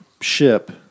ship